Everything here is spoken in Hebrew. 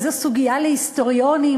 זו סוגיה להיסטוריונים,